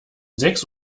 sechs